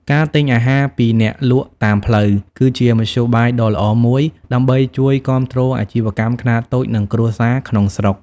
ការទិញអាហារពីអ្នកលក់តាមផ្លូវ គឺជាមធ្យោបាយដ៏ល្អមួយដើម្បីជួយគាំទ្រអាជីវកម្មខ្នាតតូច និងគ្រួសារក្នុងស្រុក ។